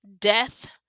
death